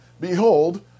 Behold